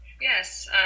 Yes